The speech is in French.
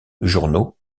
journaux